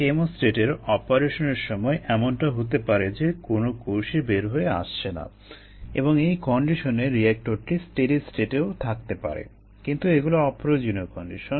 কেমোস্ট্যাটের অপারেশনের সময় এমনটা হতে পারে যে কোন কোষই বের হয়ে আসছে না এবং এই কন্ডিশনে রিয়েক্টরটি স্টেডি স্টেটেও থাকতে পারে কিন্তু এগুলো অপ্রয়োজনীয় কন্ডিশন